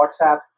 WhatsApp